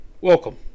Welcome